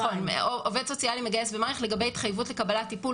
עובד סוציאלי מגייס ומעריך לגבי התחייבות לקבלת טיפול,